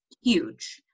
huge